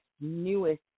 newest